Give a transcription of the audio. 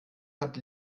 hat